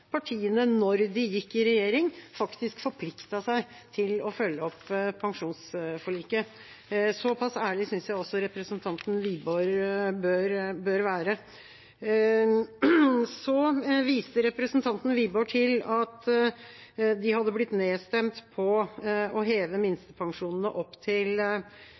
partiene, da de gikk i regjering, forpliktet seg faktisk til å følge opp pensjonsforliket. Såpass ærlig synes jeg også representanten Wiborg bør være. Så viser representanten Wiborg til at de hadde blitt nedstemt på å heve minstepensjonene opp til